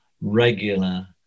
regular